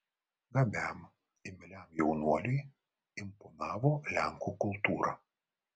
gabiam imliam jaunuoliui imponavo lenkų kultūra